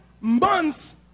months